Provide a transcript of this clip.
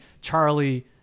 charlie